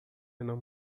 não